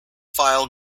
file